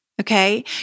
okay